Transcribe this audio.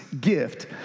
gift